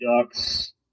ducks